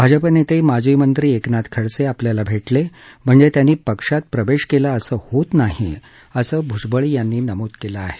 भाजप नेते माजी मंत्री एकनाथ खडसे आपल्याला भेटले म्हणजे त्यांनी पक्षात प्रवेश केला असं होत नाही असं भुजवळ यांनी नमूद केलं आहे